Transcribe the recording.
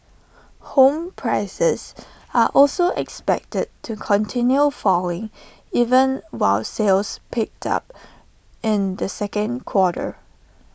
home prices are also expected to continue falling even while sales picked up in the second quarter